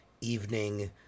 evening